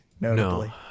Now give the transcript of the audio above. notably